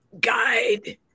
guide